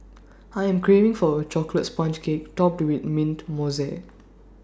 I am craving for A Chocolate Sponge Cake Topped with Mint Mousse